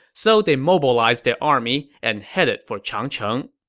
so they mobilized their army and headed for changcheng.